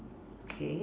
okay